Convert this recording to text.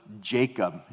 Jacob